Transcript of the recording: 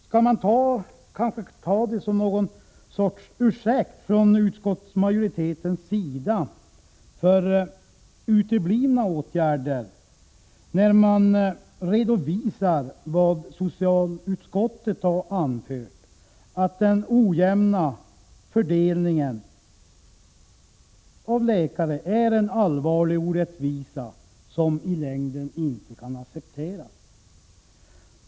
Skall man tolka det som någon sorts ursäkt från utskottsmajoritetens sida för uteblivna åtgärder, när man redovisar vad socialutskottet har anfört, nämligen att den ojämna fördelningen av läkare är en allvarlig orättvisa som i längden inte kan accepteras?